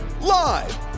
Live